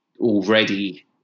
already